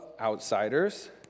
outsiders